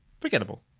forgettable